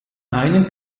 einen